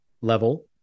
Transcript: level